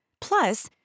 Plus